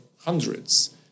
hundreds